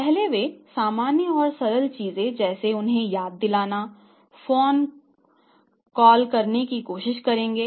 पहले वे सामान्य और सरल चीजें जैसे उन्हें याद दिलाने फोन कॉल करने की कोशिश करेंगे